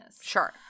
Sure